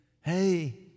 hey